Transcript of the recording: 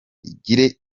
igira